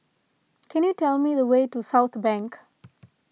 can you tell me the way to Southbank